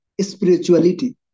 spirituality